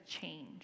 change